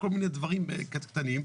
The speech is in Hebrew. כל מיני דברים קדחתניים,